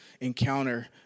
encounter